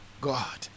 God